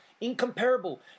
Incomparable